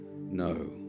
no